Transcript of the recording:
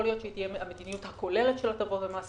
יכול להיות שהיא תהיה המדיניות הכוללת של הטבות המס,